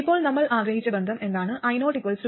ഇപ്പോൾ നമ്മൾ ആഗ്രഹിച്ച ബന്ധം എന്താണ് ioviR1